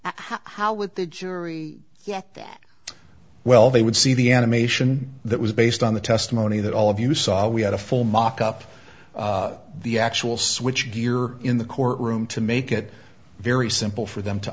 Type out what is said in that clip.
how with the jury yes that well they would see the animation that was based on the testimony that all of you saw we had a full mock up the actual switchgear in the court room to make it very simple for them to